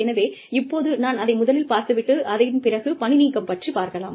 எனவே இப்போது நான் அதை முதலில் பார்த்து விட்டு அதன் பிறகு பணி நீக்கம் பற்றி பார்க்கலாம்